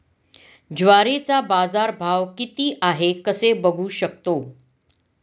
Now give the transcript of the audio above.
ज्वारीचा बाजारभाव किती आहे कसे बघू शकतो?